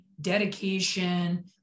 dedication